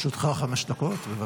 לרשותך חמש דקות.